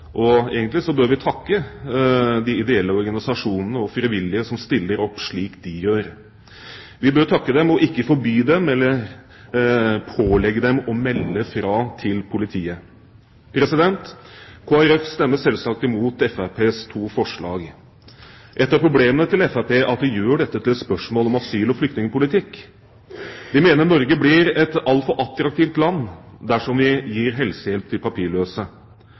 bør vi takke de ideelle organisasjonene og frivillige som stiller opp, slik de gjør. Vi bør takke dem, og ikke pålegge dem å melde fra til politiet. Kristelig Folkeparti stemmer selvsagt imot Fremskrittspartiets to forslag. Et av problemene til Fremskrittspartiet er at de gjør dette til et spørsmål om asyl- og flyktningpolitikk. De mener Norge blir et altfor attraktivt land dersom vi gir helsehjelp til papirløse.